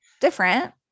different